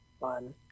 fun